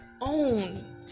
own